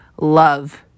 love